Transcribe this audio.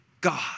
God